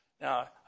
Now